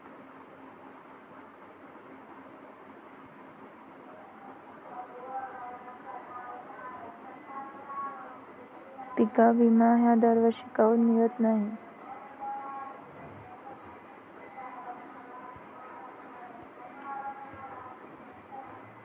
पिका विमा हा दरवर्षी काऊन मिळत न्हाई?